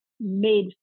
made